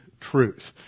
truth